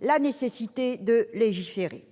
la nécessité de légiférer.